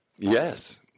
Yes